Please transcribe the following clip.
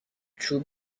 چوب